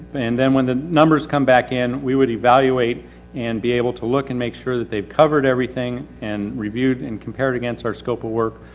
and then when the numbers come back in, we would evaluate and be able to look and make sure that they've covered everything, and reviewed and compare it against our scope of work.